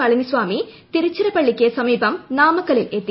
പളനിസ്വാമി തിരുച്ചിറപ്പള്ളിക്ക് സമീപം നാമക്കലിൽ എത്തി